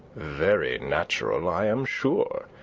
very natural, i am sure.